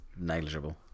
negligible